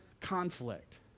conflict